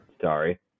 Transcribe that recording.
sorry